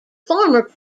former